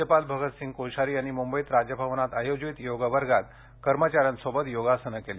राज्यपाल भगतसिंग कोश्यारी यांनी मुंबईत राजभवनात आयोजित योगवर्गात कर्मचाऱ्यांसोबत योगासन केली